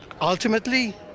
ultimately